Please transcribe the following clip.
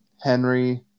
Henry